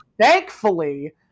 thankfully